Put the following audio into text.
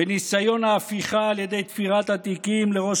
בניסיון ההפיכה על ידי תפירת התיקים לראש